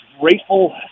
grateful